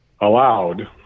allowed